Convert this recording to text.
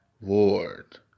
Ward